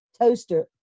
toaster